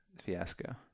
fiasco